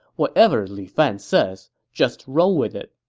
whatever lu fan says, just roll with it.